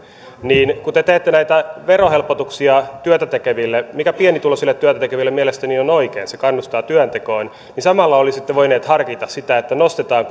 niin kun te teette näitä verohelpotuksia työtätekeville mikä pienituloisille työtätekeville mielestäni on oikein se kannustaa työntekoon niin samalla olisitte voineet harkita sitä että nostetaan